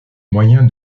moyen